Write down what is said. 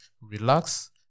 relax